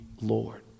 Lord